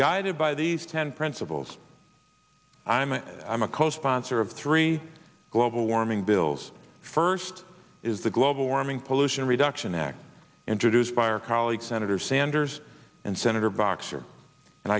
guided by these ten principles i'm i'm a co sponsor of three global warming bills first is the global warming pollution reduction act introduced by our colleague senator sanders and senator boxer and